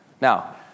Now